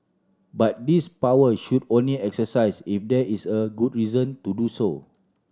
but this power should only exercised if there is a good reason to do so